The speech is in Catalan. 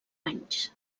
anys